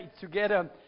together